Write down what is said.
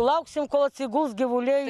lauksim kol atsiguls gyvuliai